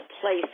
place